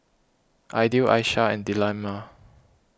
Aidil Aishah and Delima